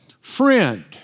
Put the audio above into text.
friend